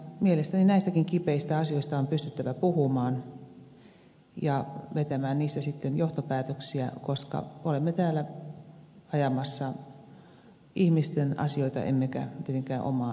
mielestäni näistäkin kipeistä asioista on pystyttävä puhumaan ja vetämään niistä sitten johtopäätöksiä koska olemme täällä ajamassa ihmisten asioita emmekä tietenkään omaa etuamme